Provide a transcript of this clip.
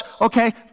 okay